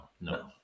no